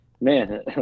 man